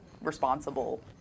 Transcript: responsible